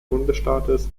bundesstaates